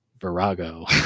virago